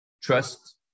trust